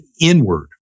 inward